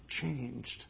changed